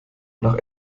nach